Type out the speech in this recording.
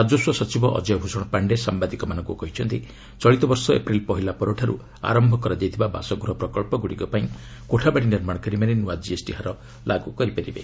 ରାଜସ୍ୱ ସଚିବ ଅଜୟ ଭୂଷଣ ପାଣ୍ଡେ ସାମ୍ଭାଦିକମାନଙ୍କୁ କହିଛନ୍ତି ଚଳିତ ବର୍ଷ ଏପ୍ରିଲ୍ ପହିଲା ପରଠାରୁ ଆରମ୍ଭ ହୋଇଥିବା ବାସଗୃହ ପ୍ରକଳ୍ପଗୁଡ଼ିକ ପାଇଁ କୋଠାବାଡ଼ି ନିର୍ମାଣକାରୀମାନେ ନୂଆ ଜିଏସ୍ଟି ହାର ଲାଗୁ କରିପାରିବେ